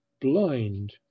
blind